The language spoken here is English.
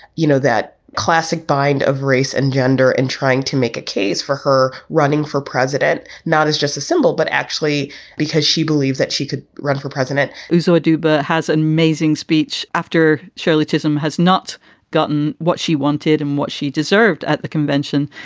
you know, that classic bind of race and gender and trying to make a case for her running for president, not as just a symbol, but actually because she believed that she could run for president so aduba has an amazing speech after shirley chisholm has not gotten what she wanted and what she deserved at the convention.